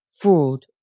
fraud